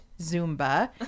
Zumba